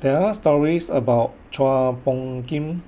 There Are stories about Chua Phung Kim